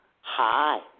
Hi